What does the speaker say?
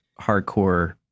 hardcore